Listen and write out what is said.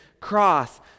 cross